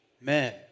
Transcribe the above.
men